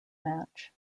match